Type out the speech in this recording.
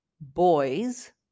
boys